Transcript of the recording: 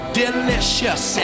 delicious